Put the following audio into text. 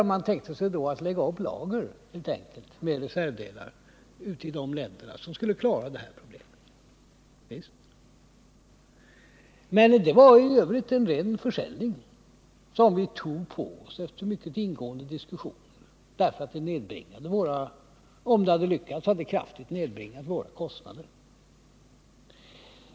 Tanken var helt enkelt att man skulle lägga upp lager av reservdelar i resp. länder för att klara det problemet. I övrigt var det en ren försäljning, som vi tog på oss efter mycket ingående diskussioner därför att den, om den hade lyckats, hade kraftigt nedbringat våra kostnader.